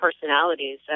personalities